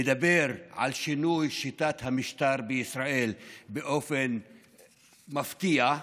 על שינוי שיטת המשטר בישראל באופן מפתיע,